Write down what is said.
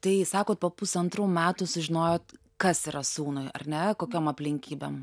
tai sakot po pusantrų metų sužinojot kas yra sūnui ar ne kokiom aplinkybėm